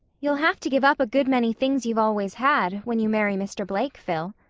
you'll have to give up a good many things you've always had, when you marry mr. blake, phil.